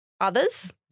others